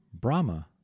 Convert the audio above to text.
Brahma